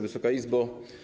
Wysoka Izbo!